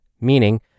meaning